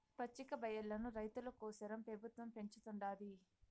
పచ్చికబయల్లను రైతుల కోసరం పెబుత్వం పెంచుతుండాది